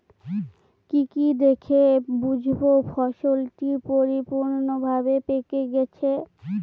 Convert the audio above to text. কি কি দেখে বুঝব ফসলটি পরিপূর্ণভাবে পেকে গেছে?